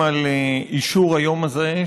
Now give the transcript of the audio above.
גם על אישור היום הזה,